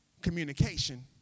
communication